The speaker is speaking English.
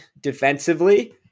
defensively